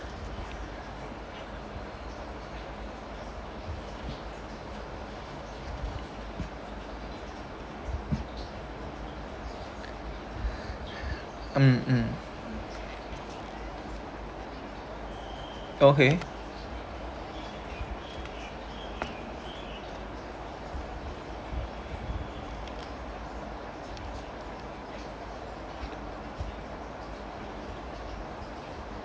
mm okay